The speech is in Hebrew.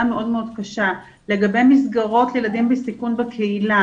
מאוד מאוד קשה לגבי מסגרות לילדים בסיכון בקהילה